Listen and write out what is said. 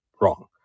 wrong